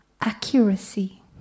accuracy